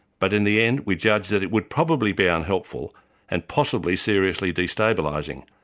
but in the end we judged that it would probably be unhelpful and possibly seriously destabilising,